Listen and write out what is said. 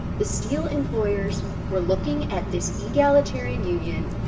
the steel employers were looking at this egalitarian union,